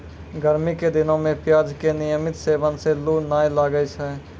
गर्मी के दिनों मॅ प्याज के नियमित सेवन सॅ लू नाय लागै छै